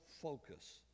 focus